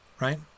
right